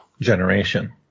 generation